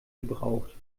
gebraucht